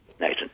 Nathan